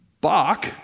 Bach